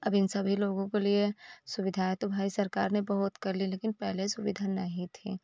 अब इन सभी लोगों के लिए सुविधाएँ तो भाई सरकार ने बहुत कर ली लेकिन पहले सुविधाएँ नहीं थीं